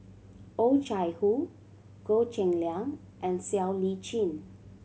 Oh Chai Hoo Goh Cheng Liang and Siow Lee Chin